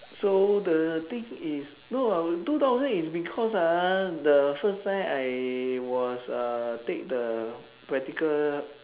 so the thing is no ah two thousand is because ah the first time I was uh take the practical